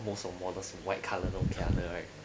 most of models with white colour long cafe right